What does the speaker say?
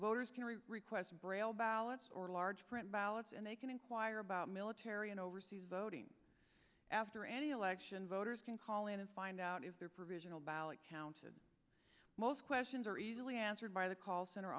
voters requests braille ballots or large print ballots and they can inquire about military and overseas voting after any election voters can call in and find out if their provisional ballot counted most questions are easily answered by the call center